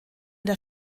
der